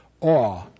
awe